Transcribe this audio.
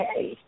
hey